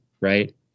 right